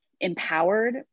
empowered